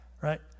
right